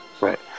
Right